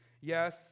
Yes